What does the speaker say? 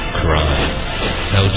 crime